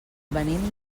venim